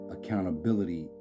Accountability